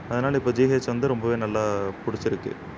அதனால இப்போ ஜிஹெச் வந்து ரொம்பவே நல்லா பிடிச்சிருக்கு